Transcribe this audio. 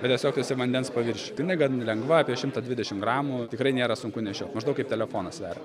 tu tiesiog esi vandens paviršiuj jinai gan lengva apie šimtą dvidešimt gramų tikrai nėra sunku nešiot maždaug kaip telefonas sveria